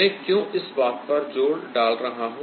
मैं क्यों इस बात पर जोर डाल रहा हूं